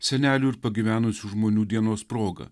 senelių ir pagyvenusių žmonių dienos proga